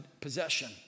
possession